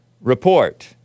report